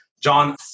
John